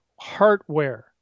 hardware